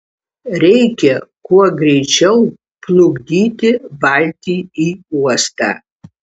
reikia kuo greičiau plukdyti valtį į uostą